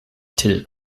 till